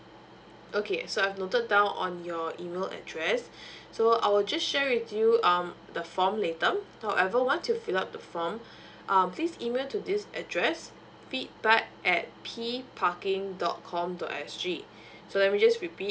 okay so I've noted down on your email address so I will just share with you um the form later however once you fill up the form um please email to this address feedback at p parking dot com dot s g so let me just repeat